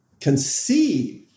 conceive